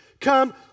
Come